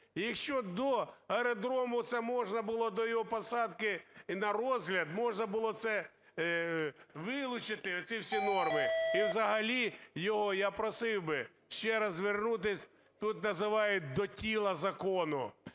якщо до аеродрому це можна було, до його посадки, на розгляд, можна було це вилучити, оці всі норми, і взагалі його я просив би ще раз звернутись, тут називають, до "тіла закону".